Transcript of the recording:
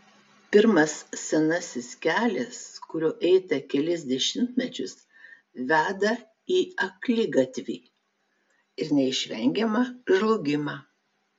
pirmas senasis kelias kuriuo eita kelis dešimtmečius veda į akligatvį ir neišvengiamą žlugimą